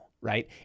right